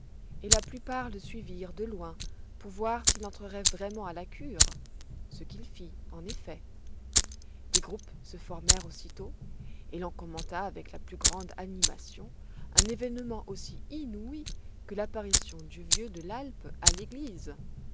et la plupart le suivirent de loin pour voir s'il entrerait vraiment à la cure ce qu'il fit en effet des groupes se formèrent aussitôt et l'on commenta avec la plus grande animation un événement aussi inouï que l'apparition du vieux de l'alpe à l'église